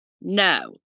No